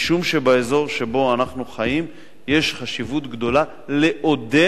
משום שבאזור שבו אנחנו חיים יש חשיבות גדולה לעודד